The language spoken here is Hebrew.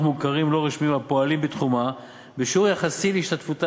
מוכרים לא רשמיים הפועלים בתחומה בשיעור יחסי להשתתפותה